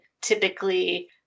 Typically